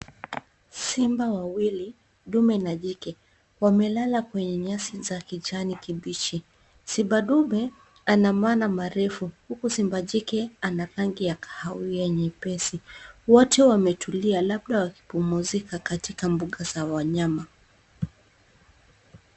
Simba wawili, ndume na jike, wamelala kwenye nyasi za kijani kibichi. Simba ndume ana mana marefu, huku simba jike ana rangi ya kahawia nyepesi. Wote wametulia, labda wakipumzika katika mbuga za wanyama.